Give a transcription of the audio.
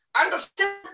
Understand